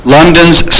London's